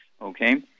Okay